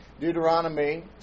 Deuteronomy